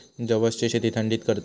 जवसची शेती थंडीत करतत